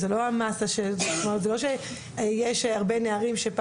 זה לא שיש הרבה נערים,